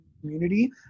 community